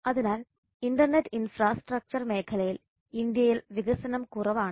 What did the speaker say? അതിനാൽ internet infrastructure മേഖലയിൽ ഇന്ത്യയിൽ വികസനം കുറവാണ്